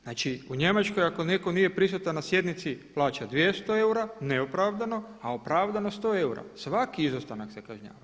Znači u Njemačkoj ako netko nije prisutan na sjednici plaća 200 eura neopravdano a opravdano 100 eura, svaki izostanak se kažnjava.